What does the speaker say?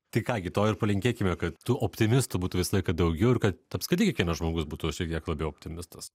tai ką gi to ir palinkėkime kad tų optimistų būtų visą laiką daugiau ir kad apskritai kiekvienas žmogus būtų šiek tiek labiau optimistas